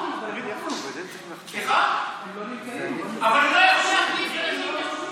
הוא לא יכול להחליף רשות דיבור.